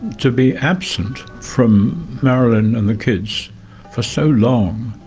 to be absent from marilyn and the kids for so long,